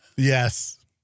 Yes